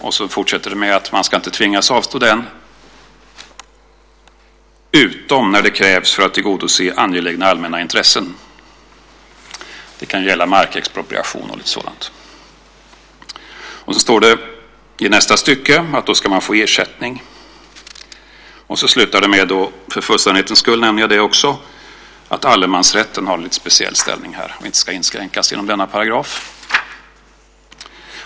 Det fortsätter med att man inte ska tvingas avstå den utom när det krävs för att tillgodose angelägna allmänna intressen. Det kan gälla markexpropriation och sådant. Det står i nästa stycke att man då ska få ersättning. Det slutar med - jag nämner det för fullständighetens skull - att allemansrätten har en speciell ställning och inte ska inskränkas genom denna paragraf.